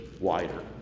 wider